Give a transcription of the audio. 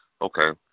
Okay